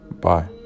Bye